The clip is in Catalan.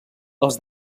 els